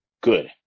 good